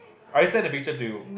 I send the picture to you